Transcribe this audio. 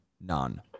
None